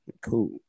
Cool